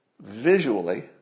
visually